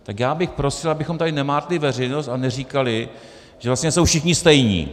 Tak já bych prosil, abychom tady nemátli veřejnost a neříkali, že vlastně jsou všichni stejní.